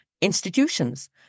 institutions